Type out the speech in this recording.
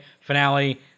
finale